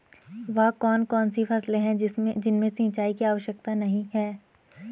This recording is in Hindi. वह कौन कौन सी फसलें हैं जिनमें सिंचाई की आवश्यकता नहीं है?